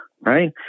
right